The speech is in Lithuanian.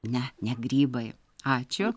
ne ne grybai ačiū